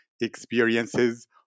experiences